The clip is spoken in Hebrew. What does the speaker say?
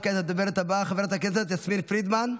כעת הדוברת הבאה, חברת הכנסת יסמין פרידמן,